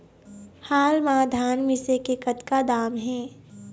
हाल मा धान मिसे के कतका दाम हे?